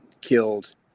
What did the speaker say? killed